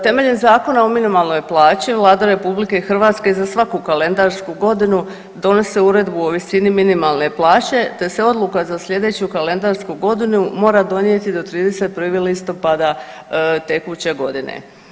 Temeljem zakona o minimalnoj plaći Vlada RH za svaku kalendarsku godinu donosi uredbu o visini minimalne plaće te se odluka za slijedeću kalendarsku godinu mora donijeti do 31. listopada tekuće godine.